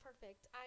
perfect